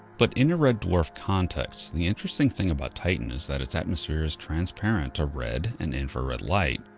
but in a red dwarf context the interesting thing about titan is that its atmosphere is transparent to red and infrared light,